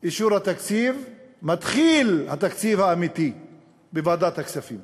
אישור התקציב מתחיל התקציב האמיתי של ועדת הכספים,